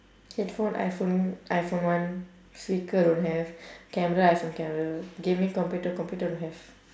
headphone iphone iphone one speaker don't have camera iphone camera gaming computer computer don't have